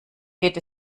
geht